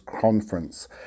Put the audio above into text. conference